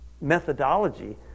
methodology